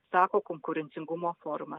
sako konkurencingumo forumas